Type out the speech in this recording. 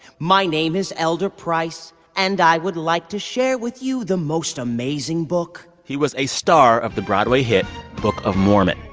my name is elder price, and i would like to share with you the most amazing book he was a star of the broadway hit book of mormon.